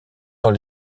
dans